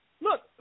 Look